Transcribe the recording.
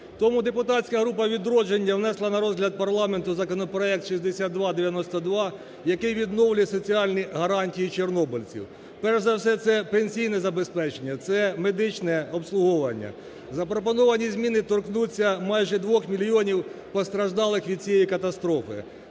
Тому депутатська група "Відродження" внесла на розгляд парламенту законопроект 6292, який відновлює соціальні гарантії чорнобильців. Перш за все це пенсійне забезпечення, це медичне обслуговування. Запропоновані зміни торкнуться майже 2 мільйонів постраждалих від цієї катастрофи,